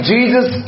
Jesus